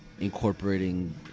incorporating